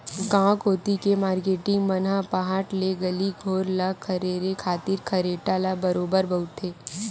गांव कोती के मारकेटिंग मन ह पहट ले गली घोर ल खरेरे खातिर खरेटा ल बरोबर बउरथे